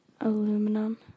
Aluminum